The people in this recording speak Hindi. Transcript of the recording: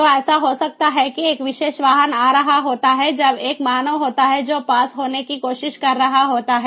तो ऐसा होता है कि एक विशेष वाहन आ रहा होता है जब एक मानव होता है जो पास होने की कोशिश कर रहा होता है